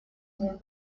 ним